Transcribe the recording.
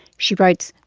she writes,